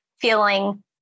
feeling